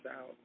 out